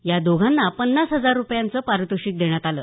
या दोघांना पन्नास हजार रुपयांचे पारितोषिक देण्यात आलं